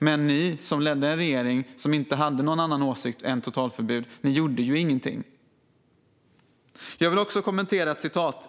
Men ni som ledde en regering, som inte hade någon annan åsikt än totalförbud, gjorde ingenting. Jag vill också kommentera ett citat.